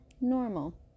Normal